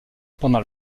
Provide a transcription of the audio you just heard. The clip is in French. pendant